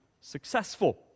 successful